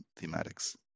thematics